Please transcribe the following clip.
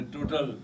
Total